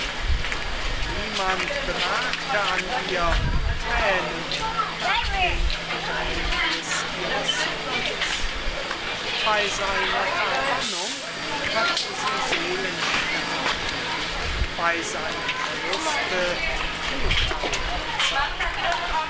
und niemand bemerkte an ihr thränen nach dem begräbniß ihres sohnes bei seiner verbannung hat sie seelenstärke bei seinem verluste klugheit gezeigt